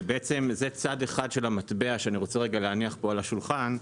זה צד אחד של המטבע שאני רוצה להניח פה על השולחן.